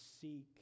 seek